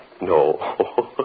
No